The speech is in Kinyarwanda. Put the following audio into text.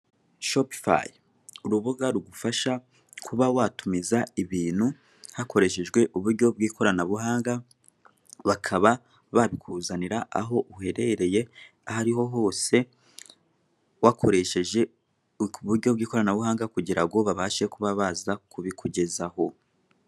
Shopifayi, urubuga rugufasha kuba watumiza ibintu hakoreshejwe uburyo bw'ikoranabuhanga bakaba babikuzanira ahantu uherereye wakoresheje uburyo bw'ikoranabuhanga kugirango babashe kubikugezaho.